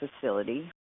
facility